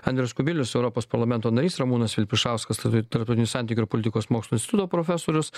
andrius kubilius europos parlamento narys ramūnas vilpišauskas tarptautinių santykių ir politikos mokslų instituto profesorius